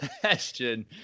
question